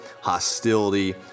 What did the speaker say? hostility